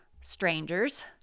Strangers